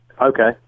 Okay